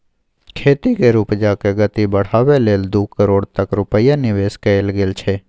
खेती केर उपजाक गति बढ़ाबै लेल दू करोड़ तक रूपैया निबेश कएल गेल छै